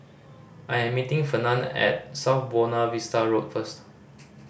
I'm meeting Fernand at South Buona Vista Road first